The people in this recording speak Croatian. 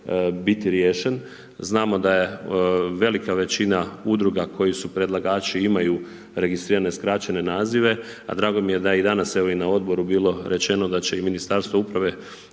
biti riješen. Znamo da je velika većina udruga koji su predlagači imaju registrirane skraćene nazive, a drago mi je da je danas, evo i na odboru bilo rečeno da će i Ministarstvo uprave